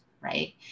Right